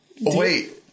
Wait